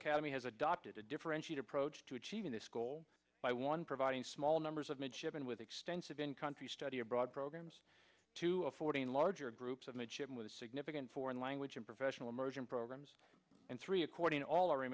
academy has adopted to differentiate approach to achieving this goal by one providing small numbers of midshipmen with extensive in country study abroad programs to affording larger groups of midshipmen with a significant foreign language and professional immersion programs and three according to all our